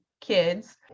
kids